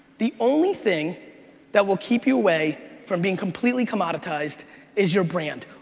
the only thing that will keep you away from being completely commoditized is your brand.